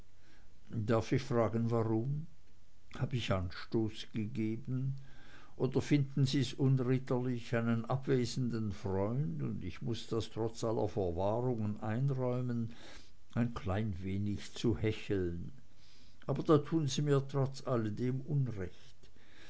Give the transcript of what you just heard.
darf ich fragen warum hab ich anstoß gegeben oder finden sie's unritterlich einen abwesenden freund ich muß das trotz aller verwahrungen einräumen ein klein wenig zu hecheln aber da tun sie mir trotz alledem unrecht